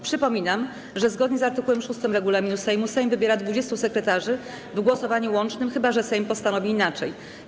Przypominam, że zgodnie z art. 6 regulaminu Sejmu Sejm wybiera 20 sekretarzy w głosowaniu łącznym, chyba że Sejm postanowi inaczej.